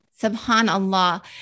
Subhanallah